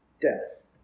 death